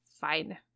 Fine